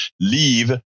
leave